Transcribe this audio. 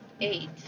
eight